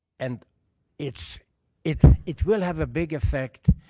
and it's it's it will have a big effect.